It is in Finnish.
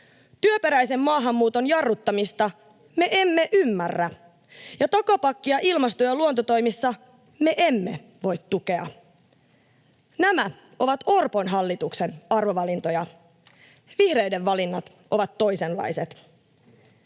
työperäisen maahanmuuton jarruttamista me emme ymmärrä, ja takapakkia ilmasto- ja luontotoimissa me emme voi tukea. Nämä ovat Orpon hallituksen arvovalintoja. Vihreiden valinnat ovat toisenlaiset.